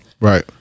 right